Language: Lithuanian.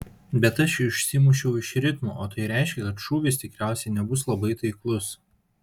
bet aš išsimušiau iš ritmo o tai reiškia kad šūvis tikriausiai nebus labai taiklus